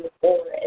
forward